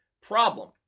problem